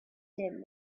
din